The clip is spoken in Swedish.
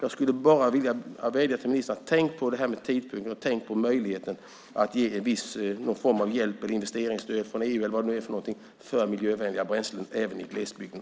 Jag vill bara vädja till ministern att tänka på tidpunkten och möjligheten att ge en form av hjälp som till exempel investeringsstöd från EU för miljövänliga bränslen även i glesbygden.